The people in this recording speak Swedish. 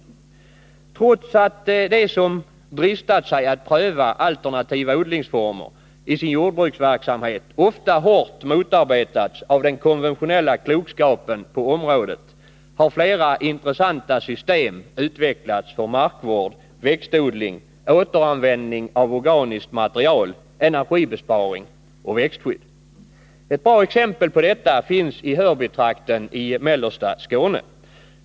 Trots att de som dristat sig att pröva alternativa odlingsformer i sin jordbruksverksamhet ofta hårt motarbetats av den konventionella klokskapen på området har flera intressanta system utvecklats för markvård, växtodling, återanvändning av organiskt material, energibesparing och växtskydd. Ett bra exempel finns i Hörbytrakten i mellersta Skåne.